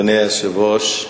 אדוני היושב-ראש,